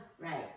Right